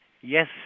Yes